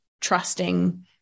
trusting